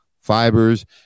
fibers